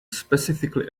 specifically